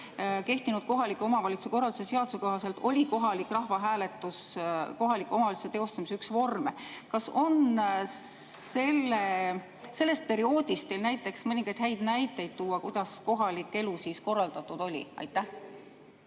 kehtinud kohaliku omavalitsuse korralduse seaduse kohaselt oli kohalik rahvahääletus kohaliku omavalitsuse teostamise üks vorme. Kas teil on sellest perioodist mõningaid häid näiteid tuua, kuidas kohalik elu siis korraldatud oli? Aitäh,